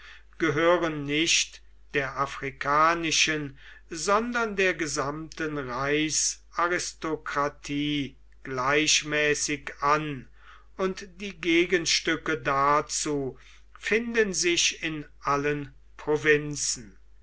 gehören nicht der afrikanischen sondern der gesamten reichsaristokratie gleichmäßig an und die gegenstücke dazu finden sich in allen provinzen